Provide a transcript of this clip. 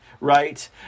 Right